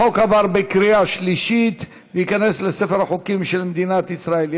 החוק עבר בקריאה שלישית וייכנס לספר החוקים של מדינת ישראל.